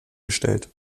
gestellt